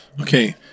Okay